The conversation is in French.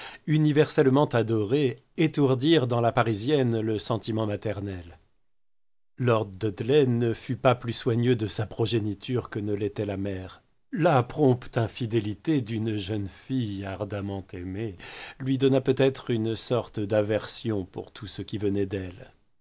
universellement adorée étourdirent dans la parisienne le sentiment maternel lord dudley ne fut pas plus soigneux de sa progéniture que ne l'était la mère la prompte infidélité d'une jeune fille ardemment aimée lui donna peut-être une sorte d'aversion pour tout ce qui venait d'elle